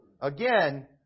again